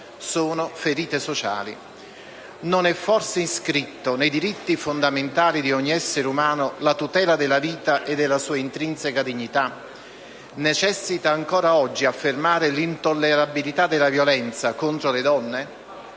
sono ferite sociali. Non è forse inscritta nei diritti fondamentali di ogni essere umano la tutela della vita e della sua intrinseca dignità? Necessita ancora oggi affermare l'intollerabilità della violenza contro le donne?